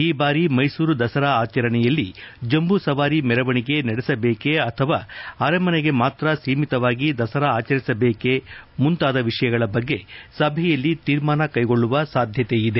ಈ ಬಾರಿ ಮೈಸೂರು ದಸರಾ ಆಚರಣೆಯಲ್ಲಿ ಜಂಬೂಸವಾರಿ ಮೆರವಣಿಗೆ ನಡೆಸಬೇಕೇ ಅಥವಾ ಅರಮನೆಗೆ ಮಾತ್ರ ಸೀಮಿತವಾಗಿ ದಸರಾ ಆಚರಿಸಬೇಕೇ ಮುಂತಾದ ವಿಷಯಗಳ ಬಗ್ಗೆ ಸಭೆಯಲ್ಲಿ ತೀರ್ಮಾನ ಕೈಗೊಳ್ಳುವ ಸಾಧ್ಯತೆ ಇದೆ